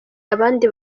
abandi